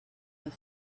and